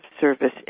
service